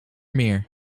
meer